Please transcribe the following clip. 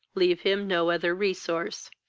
leave him no other resource.